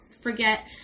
forget